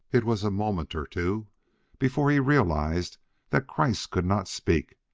it was a moment or two before he realized that kreiss could not speak,